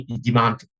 demand